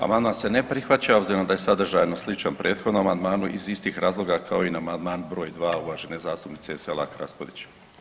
Amandman se ne prihvaća obzirom da je sadržajno sličan prethodnom amandmanu iz istih razloga kao i amandman br. 2. uvažene zastupnice Selak Raspudić.